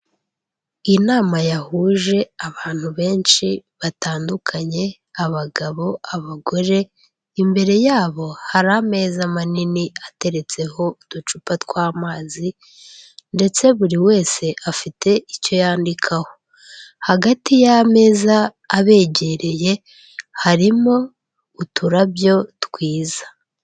Inama yahuje abantu benshi batandukanye, abagabo, abagore, imbere yabo hari ameza manini ateretseho uducupa tw'amazi ndetse buri wese afite icyo yandikaho, hagati y'ameza abegereye harimo uturabyo twiza.